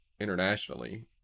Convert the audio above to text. internationally